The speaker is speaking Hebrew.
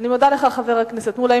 אני מודה לך, חבר הכנסת מולה.